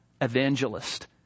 evangelist